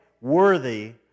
worthy